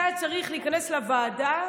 זה היה צריך להיכנס לוועדה,